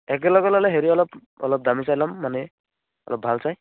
একেলগে ল'লে হেৰি অলপ অলপ দামী চাই ল'ম মানে অলপ ভাল চাই